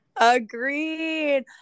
agreed